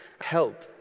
help